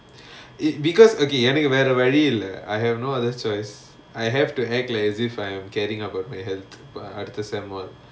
it because okay I mean deepavali uh I have no other choice I have to act like as if I am caring about my health after semester one